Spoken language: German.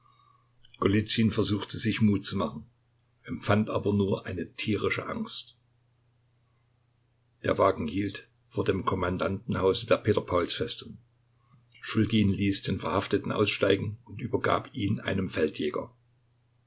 versuchte sich mut zu machen empfand aber nur eine tierische angst der wagen hielt vor dem kommandantenhause der peter pauls festung schulgin ließ den verhafteten aussteigen und übergab ihn einem feldjäger